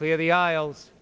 clear the aisles